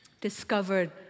discovered